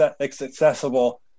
accessible